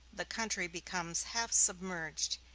the country becomes half submerged,